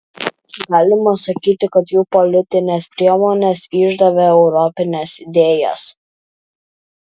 galima sakyti kad jų politinės priemonės išdavė europines idėjas